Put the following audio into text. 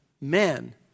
men